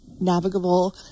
navigable